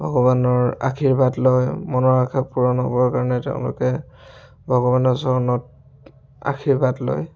ভগৱানৰ আশীৰ্বাদ লয় মনৰ আশা পূৰণ হ'বৰ কাৰণে তেওঁলোকে ভগৱানৰ চৰণত আশীৰ্বাদ লয়